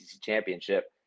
championship